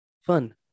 fun